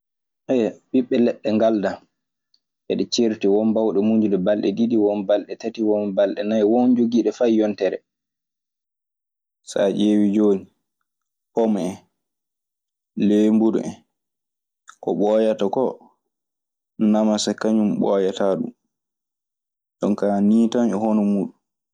mbibbe ledde ngalddaa ede ceerti won mbawde munjudee balnde ndidi won balnde tati won balnde na'i won jogginde fey yonttere. So a ƴeewii pom en, leemburu en ko ɓooyata koo: Namasa kañun ɓooyataa ɗun. jonkaa nii tan e hono muuɗun.